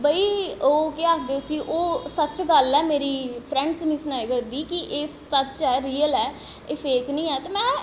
भाई ओह् केह् आखदे उस्सी ओह् सच्च गल्ल ऐ मेरी फ्रैंड्स मी सनाए करदी कि एह् सच्च ऐ रियल ऐ एह् फेक निं ऐ ते महैं